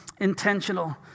intentional